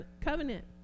covenant